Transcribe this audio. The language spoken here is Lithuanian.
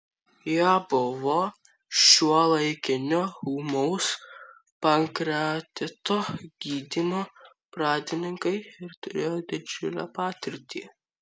jie buvo šiuolaikinio ūmaus pankreatito gydymo pradininkai ir turėjo didžiulę patirtį